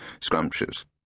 Scrumptious